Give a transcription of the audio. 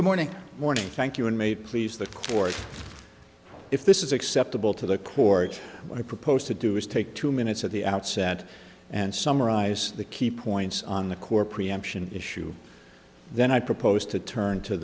good morning morning thank you and may please the court if this is acceptable to the court i propose to do is take two minutes at the outset and summarize the key points on the core preemption issue then i propose to turn to